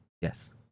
Yes